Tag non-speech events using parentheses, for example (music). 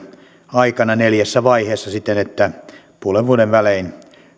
aikana neljässä vaiheessa siten että (unintelligible)